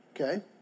Okay